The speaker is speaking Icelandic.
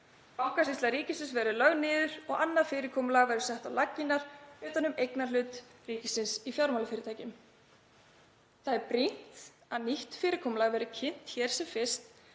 Bankasýsla ríkisins verði lögð niður og annað fyrirkomulag verði sett á laggirnar utan um eignarhlut ríkisins í fjármálafyrirtækjum. Það er brýnt að nýtt fyrirkomulag verði kynnt hér sem fyrst